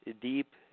deep